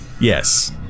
Yes